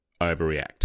overreact